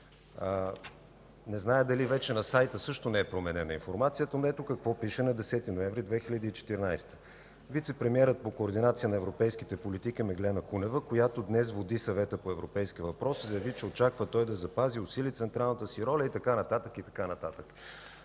Не зная дали вече на сайта също не е променена информацията, но ето какво пише на 10 ноември 2014 г.: „Вицепремиерът по координация на европейските политики Меглена Кунева, която днес води Съвета по европейски въпроси, заяви, че очаква той да запази и усили централната си роля” и така нататък, и така нататък.